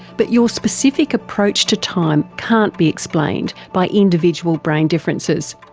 but your specific approach to time can't be explained by individual brain differences.